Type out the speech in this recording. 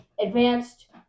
advanced